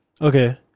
Okay